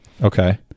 Okay